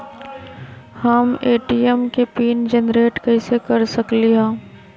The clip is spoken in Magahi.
हम ए.टी.एम के पिन जेनेरेट कईसे कर सकली ह?